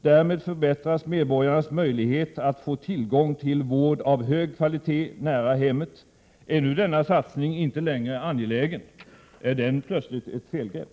Därmed förbättras medborgarnas möjlighet att få tillgång till vård av hög kvalitet nära hemmet. Är denna satsning inte längre angelägen? Är den plötsligt ett felgrepp?